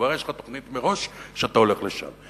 כבר יש לך תוכנית מראש שאתה הולך לשם.